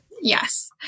yes